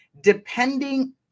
depending